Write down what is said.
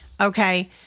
Okay